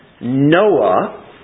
Noah